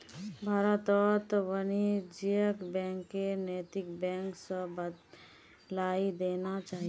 भारतत वाणिज्यिक बैंकक नैतिक बैंक स बदलइ देना चाहिए